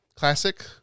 Classic